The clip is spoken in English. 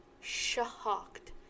Shocked